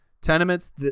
Tenements